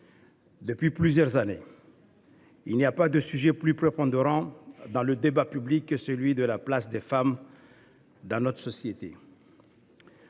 depuis plusieurs années, il n’est pas de sujet plus prégnant dans le débat public que celui de la place des femmes dans notre société.